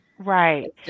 Right